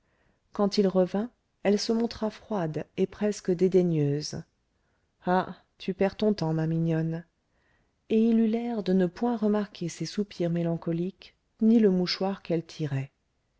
quand il revint elle se montra froide et presque dédaigneuse ah tu perds ton temps ma mignonne et il eut l'air de ne point remarquer ses soupirs mélancoliques ni le mouchoir qu'elle tirait